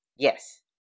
Yes